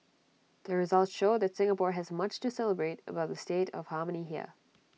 the results show that Singapore has much to celebrate about the state of harmony here